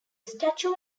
statue